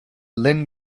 linn